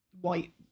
White